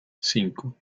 cinco